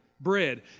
bread